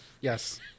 yes